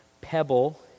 pebble